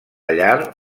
llar